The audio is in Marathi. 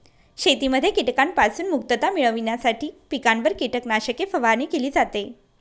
शेतीमध्ये कीटकांपासून मुक्तता मिळविण्यासाठी पिकांवर कीटकनाशके फवारणी केली जाते